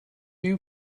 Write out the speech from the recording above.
you